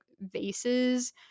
vases